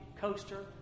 coaster